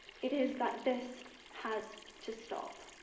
it is that this has to stop.